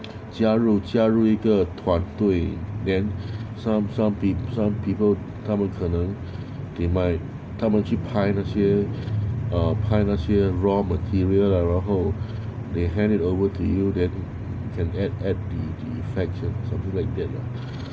加入加入一个团队 then some some peop- some people 他们可能 they might 他们去拍那些 uh 拍那些 raw material ah 然后 they hand it over to you then you can add add the effects or something like that